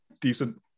decent